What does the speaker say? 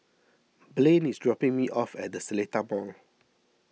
Blain is dropping me off at the Seletar Mall